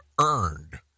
earned